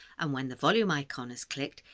and when the volume icon is clicked,